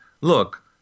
Look